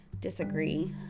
disagree